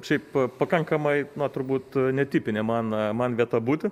šiaip pakankamai na turbūt netipinė man man vieta būti